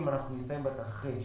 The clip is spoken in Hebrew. אם אנחנו נמצאים בתרחיש